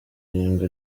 irindwi